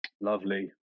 Lovely